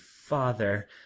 father